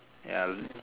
ya